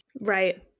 Right